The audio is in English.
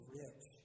rich